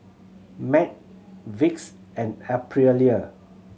MAG Vicks and Aprilia